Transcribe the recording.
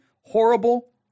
horrible